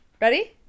Ready